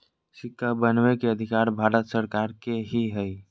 सिक्का बनबै के अधिकार भारत सरकार के ही हइ